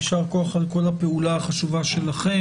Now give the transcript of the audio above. יישר כוח על כל הפעולה החשובה שלכם.